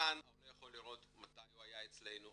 כאן העולה יכול לראות מתי הוא היה אצלנו,